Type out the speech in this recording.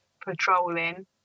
patrolling